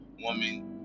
woman